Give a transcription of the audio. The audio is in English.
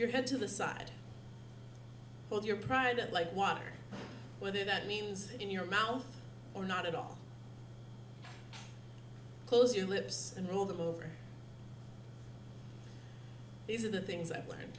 your head to the side of your pride like water whether that means in your mouth or not at all close your lips and roll them over these are the things i've learned